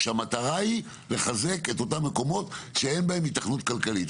כשהמטרה היא לחזק את אותם מקומות שאין בהם היתכנות כלכלית,